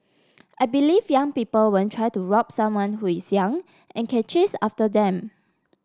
I believe young people won't try to rob someone who is young and can chase after them